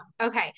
Okay